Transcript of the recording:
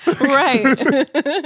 Right